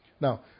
Now